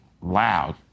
Loud